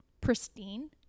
pristine